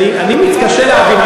לגבות אותך, אני מתקשה להבין.